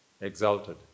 exalted